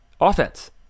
offense